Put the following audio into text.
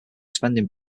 spending